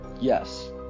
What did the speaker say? Yes